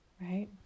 Right